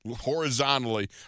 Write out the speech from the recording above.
horizontally